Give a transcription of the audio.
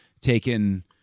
taken